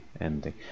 ending